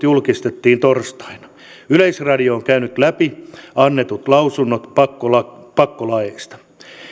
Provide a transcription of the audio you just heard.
julkistettiin torstaina yleisradio on käynyt läpi annetut lausunnot pakkolaeista